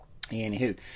anywho